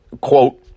quote